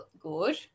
good